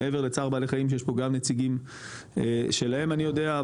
מעבר לצער בעלי חיים שיש פה גם נציגים שלהם אני יודע,